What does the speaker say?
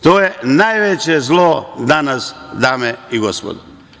To je najveće zlo danas, dame i gospodo.